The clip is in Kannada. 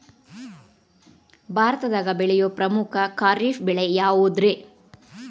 ಭಾರತದಾಗ ಬೆಳೆಯೋ ಪ್ರಮುಖ ಖಾರಿಫ್ ಬೆಳೆ ಯಾವುದ್ರೇ?